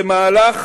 זה מהלך